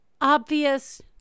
obvious